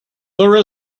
there